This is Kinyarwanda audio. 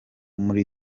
muri